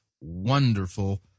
wonderful